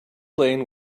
lane